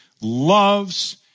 loves